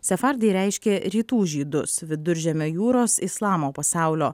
sefardai reiškia rytų žydus viduržemio jūros islamo pasaulio